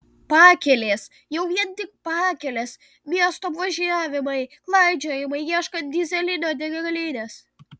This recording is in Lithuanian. pakelės jau vien tik pakelės miestų apvažiavimai klaidžiojimai ieškant dyzelino degalinės